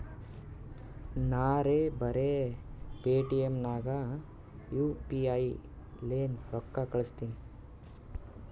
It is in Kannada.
ನಾರೇ ಬರೆ ಪೇಟಿಎಂ ನಾಗ್ ಯು ಪಿ ಐ ಲೇನೆ ರೊಕ್ಕಾ ಕಳುಸ್ತನಿ